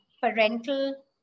parental